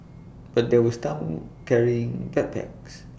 but there was down carrying backpacks